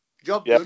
Job